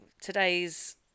today's